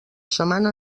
setmana